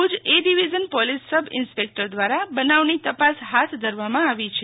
Bhuj A division police sub inspector દ્રારા બનાવની તપાસ હાથ ધરવામાં આવી છે